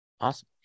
Awesome